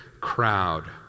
crowd